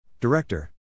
Director